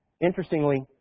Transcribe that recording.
Interestingly